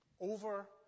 over